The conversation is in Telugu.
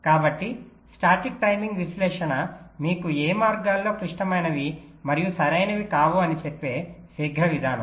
కాబట్టి స్టాటిక్ టైమింగ్ విశ్లేషణ మీకు ఏ మార్గాలు క్లిష్టమైనవి మరియు సరైనవి కావు అని చెప్పే శీఘ్ర విధానం